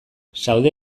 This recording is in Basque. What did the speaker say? zaude